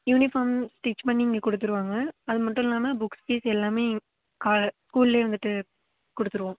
uniform stitch பண்ணி இங்கே கொடுத்துருவாங்க அது மட்டுல்லாமல் புக்ஸ் ஃபீஸ் எல்லாமே கா ஸ்கூல்லேயே வந்துவிட்டு கொடுத்துருவோம்